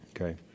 Okay